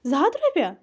زٕ ہَتھ رۄپیٛاہ